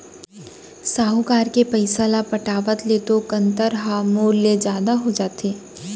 साहूकार के पइसा ल पटावत ले तो कंतर ह मूर ले जादा हो जाथे